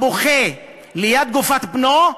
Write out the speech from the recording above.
הבוכה ליד גופת אביו,